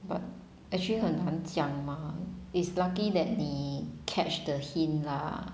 but actually 很难讲 mah it's lucky that 你 catch the hint lah